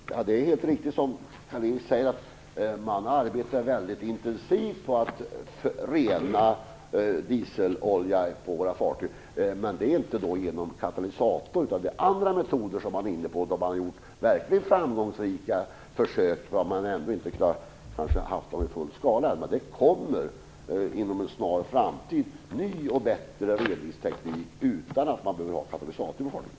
Herr talman! Det är helt riktigt, som Karl-Erik Persson säger, att man arbetar väldigt intensivt för att rena dieselolja på fartygen. Men det är inte genom katalysatorer, utan det är andra metoder som man är inne på. Man har gjort verkligt framgångsrika försök, även om man inte har gjort dem i full skala. Det kommer inom en snar framtid ny och bättre reningsteknik utan att man behöver ha katalysatorer på fartygen.